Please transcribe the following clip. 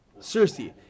Cersei